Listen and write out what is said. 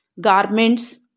garments